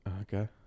Okay